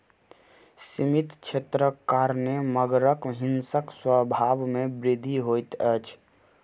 सीमित क्षेत्रक कारणेँ मगरक हिंसक स्वभाव में वृद्धि होइत अछि